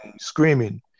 screaming